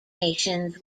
nations